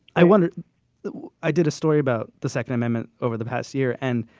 i wonder i did a story about the second amendment over the past year. and